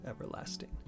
everlasting